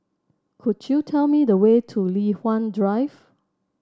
could you tell me the way to Li Hwan Drive